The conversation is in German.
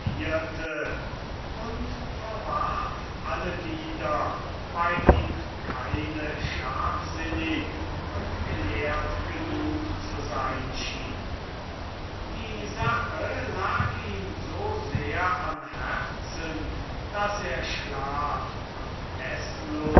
und verwarf alle wieder weil ihm keine scharfsinnig und gelehrt genug zu sein schien die sache lag ihm so sehr am herzen daß er schlaf und